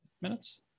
minutes